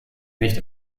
nicht